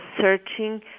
searching